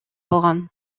алган